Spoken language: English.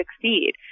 succeed